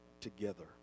together